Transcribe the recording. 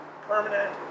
permanent